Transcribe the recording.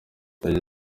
yagize